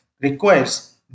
requires